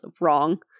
wrong